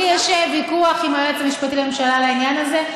לי יש ויכוח עם היועץ המשפטי לממשלה על העניין הזה.